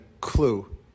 clue